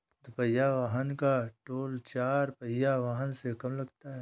दुपहिया वाहन का टोल चार पहिया वाहन से कम लगता है